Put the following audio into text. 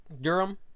Durham